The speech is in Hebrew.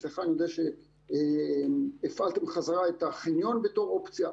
אני יודע שהפעלתם חזרה את החניון בתור אופציה.